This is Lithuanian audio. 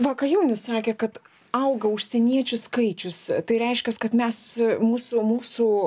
va ką jonius sakė kad auga užsieniečių skaičius tai reiškias kad mes mūsų mūsų